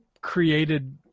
created